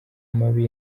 mabi